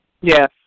Yes